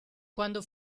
quando